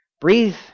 Breathe